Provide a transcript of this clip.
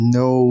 no